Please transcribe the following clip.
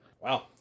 Wow